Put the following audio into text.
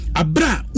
abra